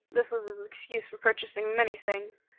this was his excuse for purchasing many things,